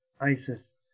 ISIS